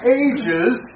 ages